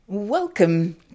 Welcome